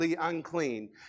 unclean